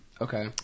Okay